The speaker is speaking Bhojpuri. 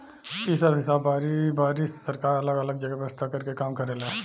इ सब हिसाब बारी बारी से सरकार अलग अलग जगह व्यवस्था कर के काम करेले